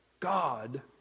God